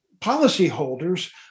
policyholders